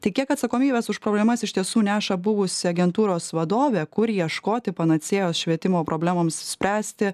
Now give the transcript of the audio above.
tai kiek atsakomybės už problemas iš tiesų neša buvusi agentūros vadovė kur ieškoti panacėjos švietimo problemoms spręsti